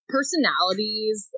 Personalities